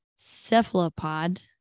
cephalopod